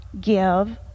give